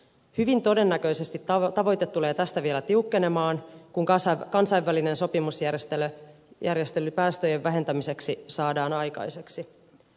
hyvin todennäköisesti tavoite tulee tästä vielä tiukkenemaan kun kansainvälinen sopimusjärjestely päästöjen vähentämiseksi saadaan aikaiseksi